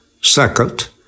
Second